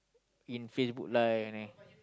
in Facebook Live only